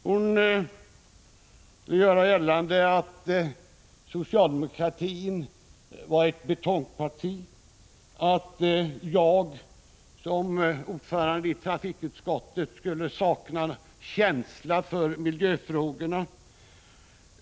Hon ville göra gällande att socialdemokratin är ett betongparti och att jag, som ordförande i trafikutskottet, skulle sakna känsla för miljöfrågorna.